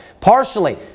partially